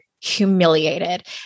humiliated